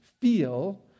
feel